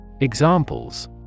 Examples